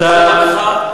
תרשום לך,